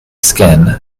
skin